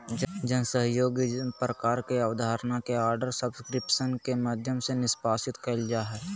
जन सहइोग प्रकार के अबधारणा के आर्डर सब्सक्रिप्शन के माध्यम से निष्पादित कइल जा हइ